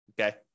Okay